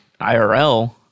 IRL